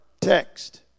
Text